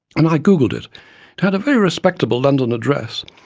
and i googled it it had a very respectable london address,